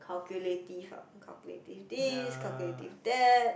calculative ah calculative this calculative that